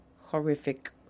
horrific